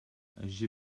j’ai